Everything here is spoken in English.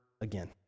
again